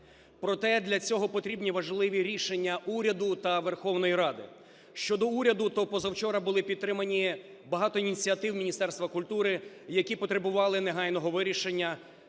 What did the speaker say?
Проте для цього потрібні важливі рішення уряду та Верховної Ради. Щодо уряду, то позавчора були підтримані багато ініціатив Міністерства культури, які потребували негайного вирішення